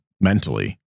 mentally